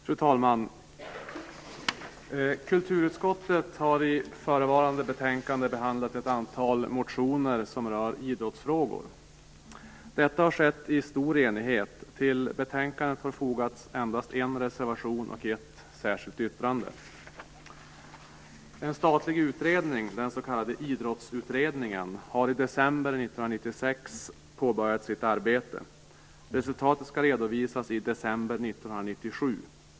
Fru talman! Kulturutskottet har i förevarande betänkande behandlat ett antal motioner som rör idrottsfrågor. Detta har skett i stor enighet. Till betänkandet har fogats endast en reservation och ett särskilt yttrande. En statlig utredning, den s.k. Idrottsutredningen, har i december 1996 påbörjat sitt arbete. Resultatet skall redovisas i december 1997.